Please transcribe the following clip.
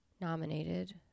Nominated